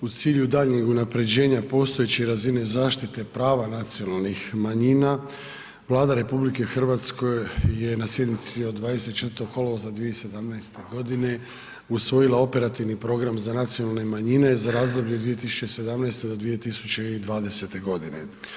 U cilju daljnjeg unapređenja postojeće razine zaštite prava nacionalnih manjina Vlada RH je na sjednici od 24. kolovoza 2017. godine usvojila operativni program za nacionalne manjine za razdoblje 2017. do 2020. godine.